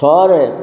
ଛଅରେ